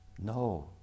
no